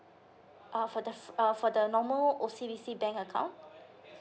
uh for the uh for the normal O_C_B_C bank account